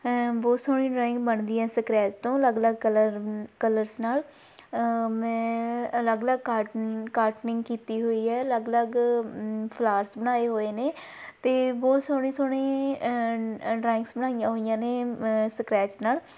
ਬਹੁਤ ਸੋਹਣੀ ਡਰਾਇੰਗ ਬਣਦੀ ਹੈ ਸਕਰੈਚ ਤੋਂ ਅਲੱਗ ਅਲੱਗ ਕਲਰ ਕਲਰਸ ਨਾਲ ਮੈਂ ਅਲੱਗ ਅਲੱਗ ਕਾਰਟ ਕਾਰਟਨਿੰਗ ਕੀਤੀ ਹੋਈ ਹੈ ਅਲੱਗ ਅਲੱਗ ਫਲਾਰਸ ਬਣਾਏ ਹੋਏ ਨੇ ਅਤੇ ਬਹੁਤ ਸੋਹਣੀ ਸੋਹਣੀ ਡਰਾਇੰਗਸ ਬਣਾਈਆਂ ਹੋਈਆਂ ਨੇ ਸਕਰੈਚ ਨਾਲ